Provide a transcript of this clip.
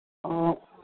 ꯑꯣ